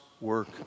work